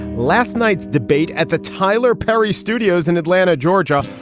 last night's debate at the tyler perry studios in atlanta, georgia,